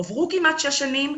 עברו כמעט שש שנים,